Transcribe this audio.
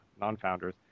non-founders